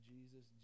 Jesus